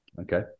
Okay